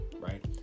right